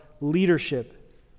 leadership